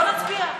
בוא נצביע.